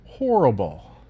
Horrible